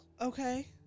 Okay